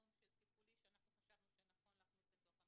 תחום טיפולי שאנחנו חשבנו שנכון להכניס לתוך המסגרת.